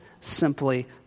simply